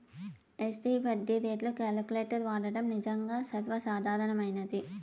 SD వడ్డీ రేట్లు calculator వాడడం నిజంగా సర్వసాధారణమైనది